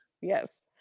yes